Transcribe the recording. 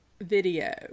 video